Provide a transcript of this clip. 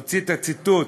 נוציא את הציטוט.